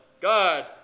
God